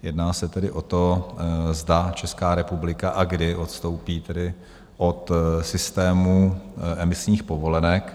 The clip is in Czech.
Jedná se tedy o to, zda Česká republika a kdy odstoupí od systému emisních povolenek.